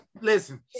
listen